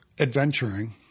adventuring